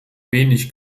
wenig